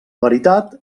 veritat